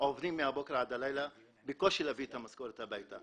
עובדים מהבוקר עד הלילה בקושי להביא את המשכורת הביתה.